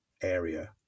area